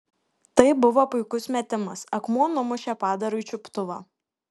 tai buvo puikus metimas akmuo numušė padarui čiuptuvą